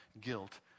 guilt